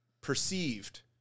perceived